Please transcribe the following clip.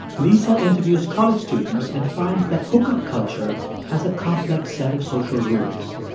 lisa interviews college students and finds that hookup culture has a complex set of social rules.